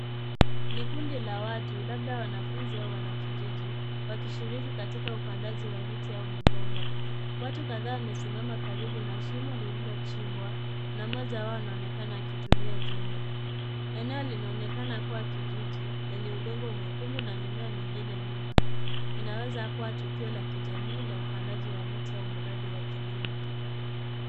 Ni kundi la watu labda wanafunzi au wanakijiji wakishiriki katika upandaji wa miti au migomba. Watu kadhaa wamesimama karibu na shimo lililochimbwa na mmoja wao anaonekana akitumia jembe. Eneo linaonekana kuwa kijiji lenye udongo mwekundu na mimea mingine nyuma. Inaweza kuwa tukio la kijamii la upandaji wa miti au mradi wa kilimo.